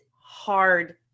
hard